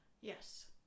Yes